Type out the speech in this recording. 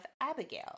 Abigail